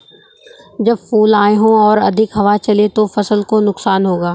जब फूल आए हों और अधिक हवा चले तो फसल को नुकसान होगा?